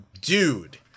dude